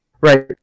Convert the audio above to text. right